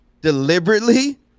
deliberately